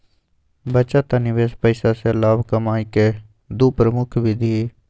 बचत आ निवेश पैसा से लाभ कमाय केँ दु प्रमुख विधि हइ